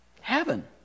Heaven